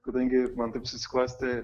kadangi man taip susiklostė